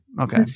Okay